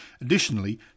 Additionally